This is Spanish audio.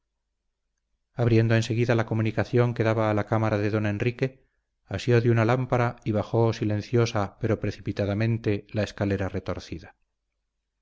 abriendo en seguida la comunicación que daba a la cámara de don enrique asió de una lámpara y bajó silenciosa pero precipitadamente la escalera retorcida